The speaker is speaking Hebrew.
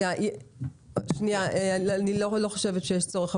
אני לא חושבת שיש צורך,